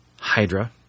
Hydra